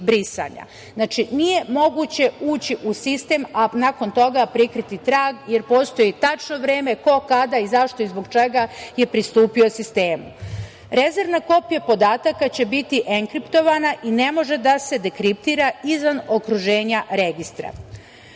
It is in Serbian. Nije moguće ući u sistem, a nakon toga prikriti trag, jer postoji tačno vreme, ko, kada, zašto i zbog čega je pristupio sistemu. Rezervna kopija podataka će biti enkriptovana i ne može da se dekriptira izvan okruženja registra. Pristup